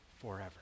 forever